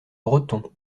breton